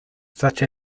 such